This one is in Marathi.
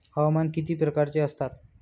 हवामान किती प्रकारचे असतात?